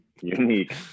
unique